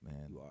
man